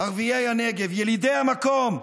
ערביי הנגב, ילידי המקום,